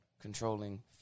controlling